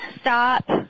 Stop